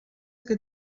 que